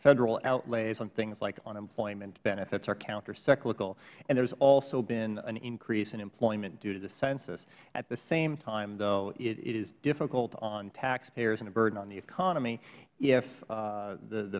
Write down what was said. federal outlays on things like unemployment benefits are countercyclical and there has also been an increase in employment due to the census at the same time though it is difficult on taxpayers and a burden on the economy if